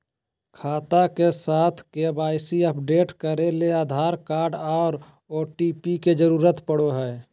खाता के साथ के.वाई.सी अपडेट करे ले आधार कार्ड आर ओ.टी.पी के जरूरत पड़ो हय